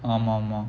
ஆமா ஆமா:aamaa aamaa